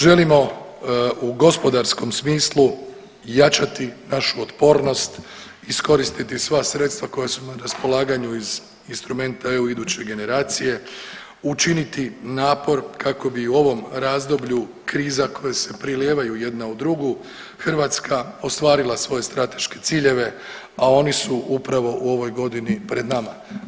Želimo u gospodarskom smislu jačati našu otpornost, iskoristiti sva sredstva koja su na raspolaganju iz instrumenta EU iduće generacije, učiniti napor kako bi u ovom razdoblju kriza koje se prelijevaju jedna u drugu Hrvatska ostvarila svoje strateške ciljeve, a oni su upravo u ovoj godini pred nama.